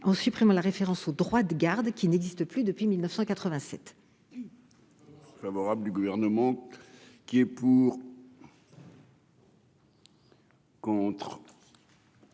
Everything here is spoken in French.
en supprimant la référence au droit de garde, lequel n'existe plus depuis 1987.